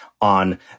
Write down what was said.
on